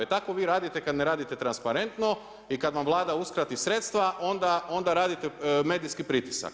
E tako vi radite kada ne radite transparentno i kada vam vlada uskrati sredstva onda radite medijski pritisak.